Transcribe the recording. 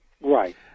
right